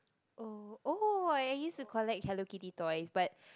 oh oh I used to collect Hello Kitty toys but